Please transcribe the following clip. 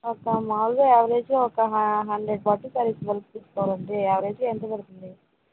ఒక మాములుగా ఏవరేజ్లో ఒక హ హండ్రెడ్ పట్టు శారీస్ వరకు తీసుకోస్తారండి యావరేజ్ ఎంత పడుతుంది